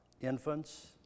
Infants